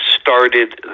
started